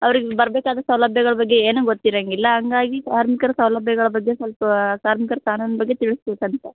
ಅವ್ರಿಗೆ ಬರಬೇಕಾದ ಸೌಲಭ್ಯಗಳ ಬಗ್ಗೆ ಏನು ಗೊತ್ತಿರೊಂಗಿಲ್ಲ ಹಂಗಾಗಿ ಕಾರ್ಮಿಕರ ಸೌಲಭ್ಯಗಳ ಬಗ್ಗೆ ಸ್ವಲ್ಪ ಕಾರ್ಮಿಕರ ಕಾನೂನು ಬಗ್ಗೆ ತಿಳಿಸ್ಬೇಕಂತ